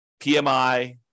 PMI